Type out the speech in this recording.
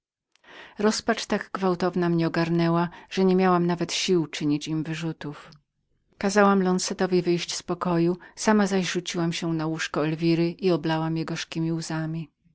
rozpacz tak gwałtowna mnie ogarnęła że niemiałam nawet siły czynić im wyrzutów kazałam lonzetowi wyjść z pokoju sama zaś rzuciłam się na łóżko elwiry i oblałam je gorzkiemi łzami